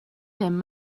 ddim